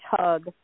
tug